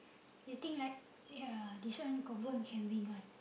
they think like ya this one confirm can win one